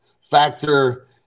factor